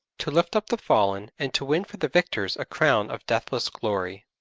to lift up the fallen, and to win for the victors a crown of deathless glory.